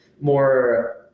more